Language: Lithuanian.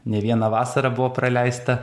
ne viena vasara buvo praleista